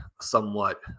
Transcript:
somewhat